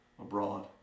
abroad